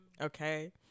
Okay